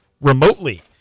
remotely